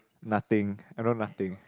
nothing I know nothing